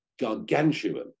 gargantuan